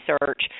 research